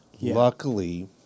luckily